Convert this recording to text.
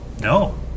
No